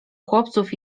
chłopców